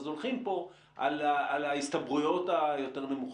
אז הולכים פה על ההסתברויות היותר נמוכות.